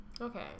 Okay